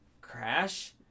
crash